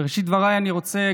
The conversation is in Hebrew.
בראשית דבריי אני רוצה,